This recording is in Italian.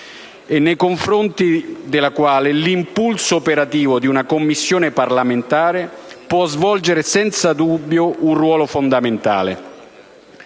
e nei confronti della quale l'impulso operativo di una Commissione parlamentare può svolgere senza dubbio un ruolo fondamentale.